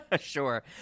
Sure